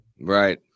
Right